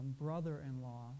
brother-in-law